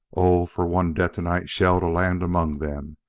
oh, for one detonite shell to land among them!